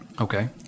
Okay